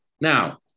Now